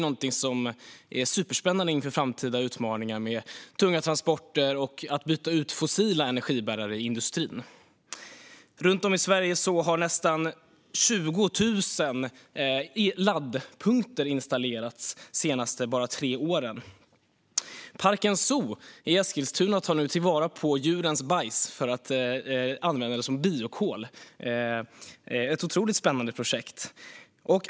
Detta är superspännande inför framtida utmaningar med tunga transporter och att byta ut fossila energibärare i industrin. Runt om i Sverige har nästan 20 000 laddpunkter installerats bara de senaste tre åren. Parken Zoo i Eskilstuna tar nu till vara djurens bajs för att använda det som biokol - ett otroligt spännande projekt.